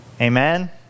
Amen